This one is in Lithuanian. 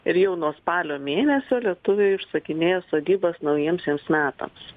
ir jau nuo spalio mėnesio lietuviai užsakinėja sodybas naujiemsiems metams